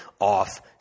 off